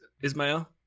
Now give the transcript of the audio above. Ismael